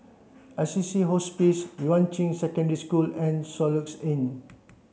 Assisi Hospice Yuan Ching Secondary School and Soluxe Inn